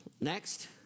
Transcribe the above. Next